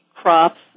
crops